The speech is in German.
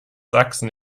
sachsen